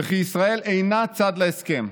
וכי ישראל אינה צד להסכם.